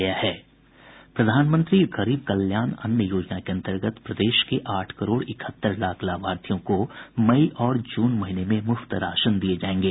प्रधानमंत्री गरीब कल्याण अन्न योजना के अंतर्गत प्रदेश के आठ करोड़ इकहत्तर लाख लाभार्थियों को मई और जून महीने में मुफ्त राशन दिये जायेंगे